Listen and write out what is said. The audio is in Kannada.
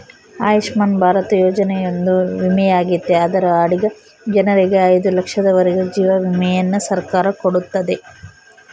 ಆಯುಷ್ಮನ್ ಭಾರತ ಯೋಜನೆಯೊಂದು ವಿಮೆಯಾಗೆತೆ ಅದರ ಅಡಿಗ ಜನರಿಗೆ ಐದು ಲಕ್ಷದವರೆಗೂ ಜೀವ ವಿಮೆಯನ್ನ ಸರ್ಕಾರ ಕೊಡುತ್ತತೆ